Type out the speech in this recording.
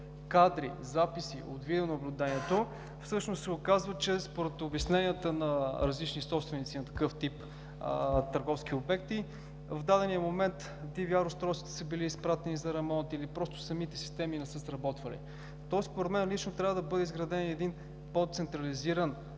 кадри, записи от видеонаблюдението, се оказва, че според обясненията на собствениците на такъв тип търговски обекти в дадения момент DVR устройствата са били изпратени за ремонт или просто самите системи не са сработили. Според мен трябва да бъде изграден по-централизиран